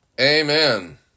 Amen